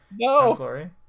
No